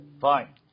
Fine